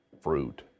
fruit